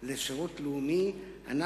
השירות לאומי.